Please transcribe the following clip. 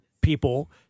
people